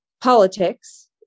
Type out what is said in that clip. politics